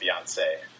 Beyonce